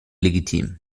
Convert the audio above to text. legitim